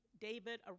David